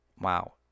wow